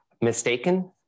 mistaken